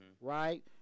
right